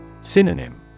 Synonym